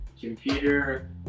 Computer